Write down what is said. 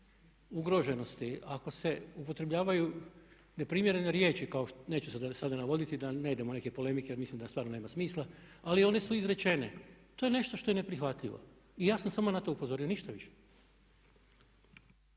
ugroženosti, ako se upotrebljavaju neprimjerene riječi, neću sada navoditi da ne idemo u neke polemike jer mislim da stvarno nema smisla ali one su izrečene. To je nešto što je neprihvatljivo i ja sam samo na to upozorio, ništa više.